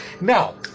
now